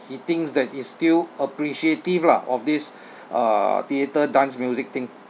he thinks that it's still appreciative lah of this uh theatre dance music thing